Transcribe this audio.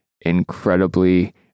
incredibly